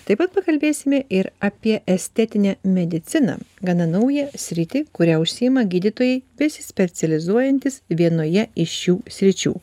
taip pat pakalbėsime ir apie estetinę mediciną gana naują sritį kuria užsiima gydytojai besispecializuojantys vienoje iš šių sričių